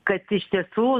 kad iš tiesų